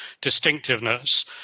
distinctiveness